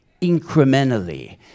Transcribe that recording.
incrementally